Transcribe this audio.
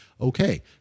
Okay